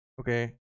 Okay